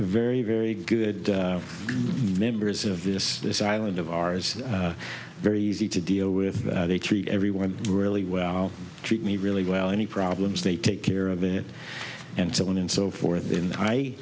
very very good members of this this island of ours very easy to deal with they treat everyone really well treat me really well any problems they take care of it and so on and so forth